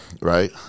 right